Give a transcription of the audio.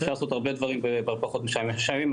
אפשר לעשות הרבה דברים בפחות מחמישה ימים.